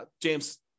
James